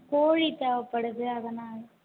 கோழி தேவைப்படுது அதனால்